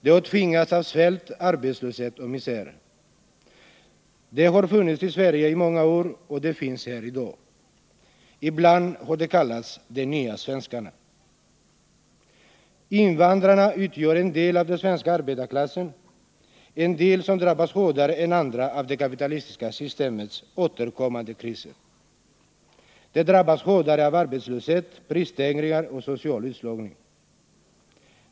De har tvingats av svält, arbetslöshet och misär. De har funnits i Sverige i många år och de finns här i dag. Ibland har de kallats ”de nya svenskarna”. Invandrarna utgör en del av den svenska arbetarklassen, en del som drabbas hårdare än andra av det kapitalistiska systemets återkommande kriser. De drabbas hårdare av arbetslöshet, prisstegringar och social utslagning.